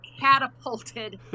catapulted